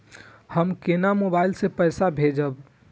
हम केना मोबाइल से पैसा भेजब?